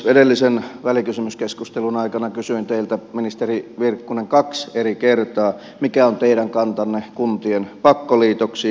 edellisen välikysymyskeskustelun aikana kysyin teiltä ministeri virkkunen kaksi eri kertaa mikä on teidän kantanne kuntien pakkoliitoksiin